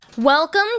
Welcome